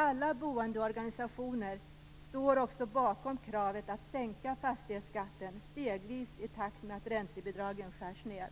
Alla boendeorganisationer står också bakom kravet att man stegvis skall sänka fastighetsskatten i takt med att räntebidragen skärs ned.